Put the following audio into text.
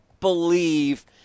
believe